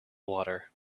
water